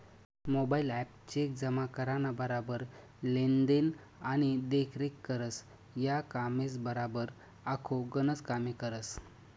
mobile app cheque जमा कराना बराबर लेन देन आणि देखरेख करस, या कामेसबराबर आखो गनच कामे करस